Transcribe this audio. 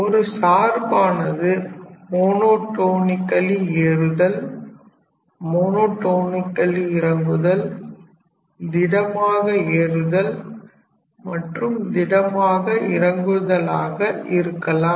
ஒரு சார்பானது மோனோடோனிக்கலி ஏறுதல் மோனோடோனிக்கலி இறங்குதல் திட்டமாக ஏறுதல் மற்றும் திட்டமாக இறங்குதலாக இருக்கலாம்